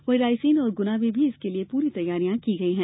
वहीं रायसेन और गुना में भी इसके लिए पूरी तैयारियां की गई है